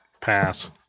pass